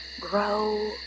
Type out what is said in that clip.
grow